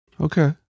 Okay